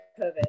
COVID